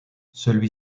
celui